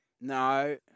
No